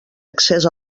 accés